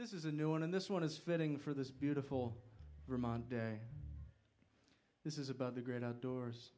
this is a new one and this one is fitting for this beautiful vermont day this is about the great outdoors